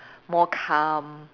more calm